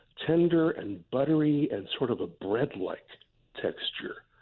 tender and buttery and sort of a bread-like texture.